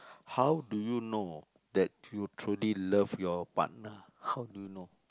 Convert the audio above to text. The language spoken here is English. how do you know that you truly love your partner how do you know